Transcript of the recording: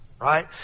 right